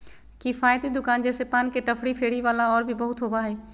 किफ़ायती दुकान जैसे पान के टपरी, फेरी वाला और भी बहुत होबा हइ